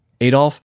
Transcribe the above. Adolf